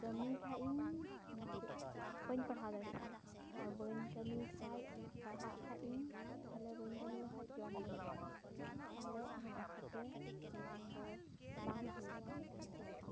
ᱠᱟᱹᱢᱤ ᱠᱷᱟᱡ ᱤᱧ ᱵᱟᱹᱧ ᱯᱟᱲᱦᱟᱣ ᱫᱟᱲᱮᱭᱟᱜᱼᱟ ᱟᱨ ᱵᱟᱹᱧ ᱠᱟᱹᱢᱤ ᱠᱷᱟᱡ ᱯᱟᱲᱦᱟᱜ ᱠᱷᱟᱡ ᱤᱧ ᱛᱟᱦᱚᱞᱮ ᱵᱟᱹᱧ ᱠᱟᱹᱢᱤ ᱞᱮᱠᱷᱟᱡ ᱡᱚᱢ ᱵᱟᱹᱧ ᱧᱟᱢᱟ ᱛᱟᱦᱚᱞᱮ ᱚᱱᱟ ᱤᱠᱷᱟᱹᱛᱮ ᱱᱤᱛᱚᱝ ᱫᱚ ᱵᱟᱝ ᱦᱩᱭᱩᱜ ᱠᱟᱱ ᱛᱤᱧᱟᱹ ᱯᱟᱲᱦᱟᱣ